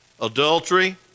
adultery